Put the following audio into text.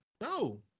No